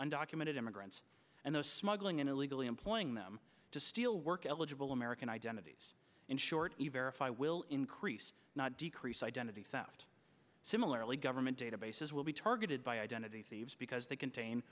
undocumented immigrants and those smuggling in illegally employing them to steal work eligible american identities in short you verify will increase not decrease identity theft similarly government databases will be targeted by identity thieves because they contain